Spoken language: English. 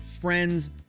friend's